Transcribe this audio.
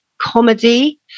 comedy